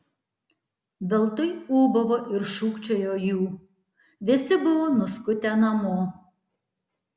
veltui ūbavo ir šūkčiojo jų visi buvo nuskutę namo